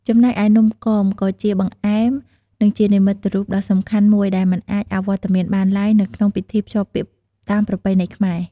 ចំណែកឯ នំគមក៏ជាបង្អែមនិងជានិមិត្តរូបដ៏សំខាន់មួយ ដែលមិនអាចអវត្តមានបានទ្បើយនៅក្នុងពិធីភ្ជាប់ពាក្យតាមប្រពៃណីខ្មែរ។